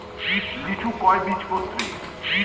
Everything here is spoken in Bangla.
লিচু কয় বীজপত্রী?